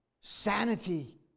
Sanity